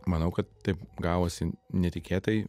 manau kad taip gavosi netikėtai